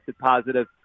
positive